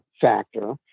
factor